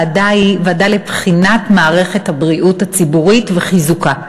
זו ועדה לבחינת מערכת הבריאות הציבורית וחיזוקה.